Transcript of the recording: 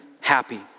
happy